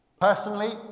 Personally